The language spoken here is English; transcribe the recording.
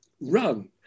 run